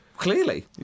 Clearly